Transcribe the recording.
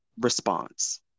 response